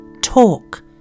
talk